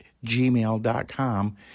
gmail.com